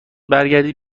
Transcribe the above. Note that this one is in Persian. برگردی